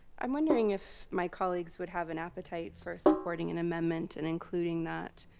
i'm wondering if my colleagues would have an appetite for supporting an amendment and including that,